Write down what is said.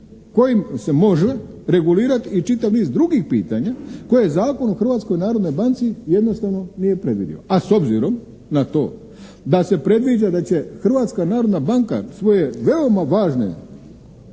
kojim se može regulirati i čitav niz drugih pitanja koje Zakon o Hrvatskoj narodnoj banci jednostavno nije predvidio. A s obzirom na to da se predviđa da će Hrvatska narodna banka svoje veoma važne